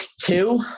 two